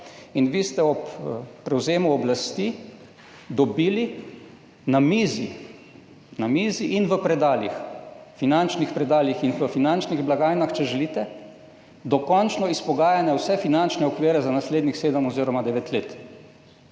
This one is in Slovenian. in vi ste ob prevzemu oblasti dobili na mizi in v finančnih predalih in finančnih blagajnah, če želite, dokončno izpogajane vse finančne okvire za naslednjih sedem oziroma devet let.